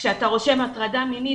כשאתה רושם 'הטרדה מינית',